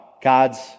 God's